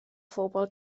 phobl